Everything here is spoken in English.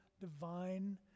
divine